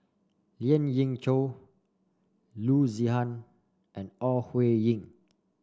Lien Ying Chow Loo Zihan and Ore Huiying